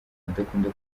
adakunda